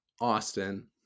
Austin